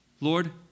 Lord